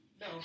no